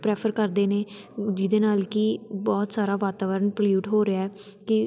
prefer ਕਰਦੇ ਨੇ ਜਿਹਦੇ ਨਾਲ ਕਿ ਬਹੁਤ ਸਾਰਾ ਵਾਤਾਵਰਨ ਪਲਿਊਟ ਹੋ ਰਿਹਾ ਕਿ